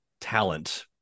talent